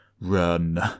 Run